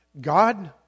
God